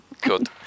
Good